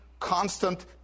constant